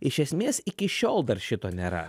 iš esmės iki šiol dar šito nėra